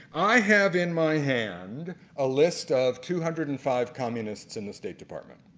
i have in my hand a list of two hundred and five communists in the state department.